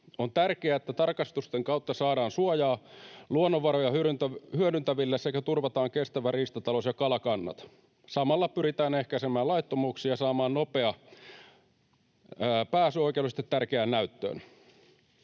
On tärkeää, että tarkastusten kautta saadaan suojaa luonnonvaroja hyödyntäville sekä turvataan kestävä riistatalous ja kalakannat. Samalla pyritään ehkäisemään laittomuuksia ja saamaan nopea pääsy oikeudellisesti tärkeään näyttöön.